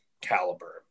caliber